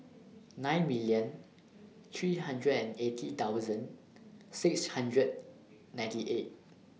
nine million three hundred and eighty thousand six hundred ninety eight